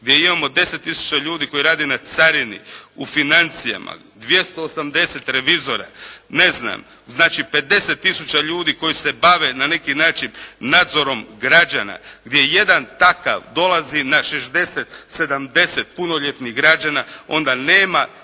gdje imamo 10000 ljudi koji radi na carini, u financijama, 280 revizora. Ne znam, znači 50 000 ljudi koji se na neki način bave nadzorom građana gdje jedan takav dolazi na 60, 70 punoljetnih građana onda nema